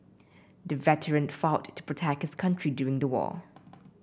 the veteran fought to protect his country during the war